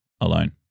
alone